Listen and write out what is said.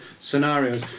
scenarios